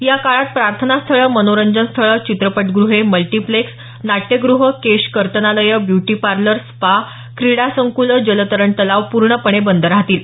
या काळात प्रार्थना स्थळं मनोरंजन स्थळं चित्रपट गृहे मल्टिप्लेक्स नाट्यगृह केश कर्तनालयं ब्यूटी पार्लर्स स्पा क्रीडा संकुलं जलतरण तलाव पूर्णपणे बंद राहतील